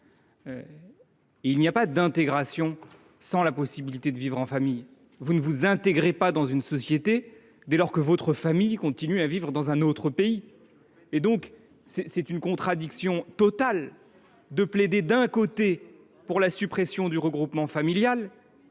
il n’y a pas d’intégration sans la possibilité de vivre en famille. Vous ne vous intégrez pas dans une société dès lors que votre famille continue à vivre dans un autre pays. C’est totalement contradictoire de plaider, d’un côté, pour la suppression du regroupement familial